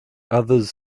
others